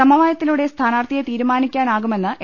സമവായത്തിലൂടെ സ്ഥാനാർഥിയെ തീരുമാനിക്കാനാകുമെന്ന് എ